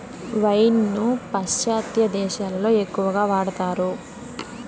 wine ను పాశ్చాత్య దేశాలలో ఎక్కువగా వాడతారు